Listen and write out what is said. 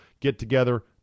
get-together